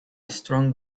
strong